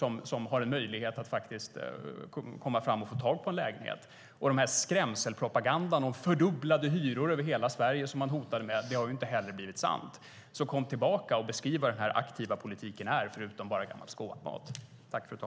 De får en möjlighet att få tag på en lägenhet. Skrämselpropagandan om fördubblade hyror över hela Sverige har inte heller blivit sann. Kom tillbaka och beskriv vad den aktiva politiken är - förutom gammal skåpmat.